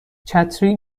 چتری